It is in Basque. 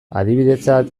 adibidetzat